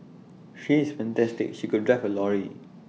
she is fantastic she could drive A lorry